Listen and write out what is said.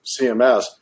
CMS